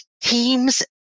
Teams